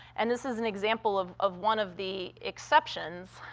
and this is an example of of one of the exceptions.